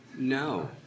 No